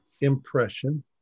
impression